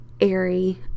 airy